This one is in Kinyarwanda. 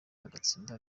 agatsindwa